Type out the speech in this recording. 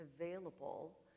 available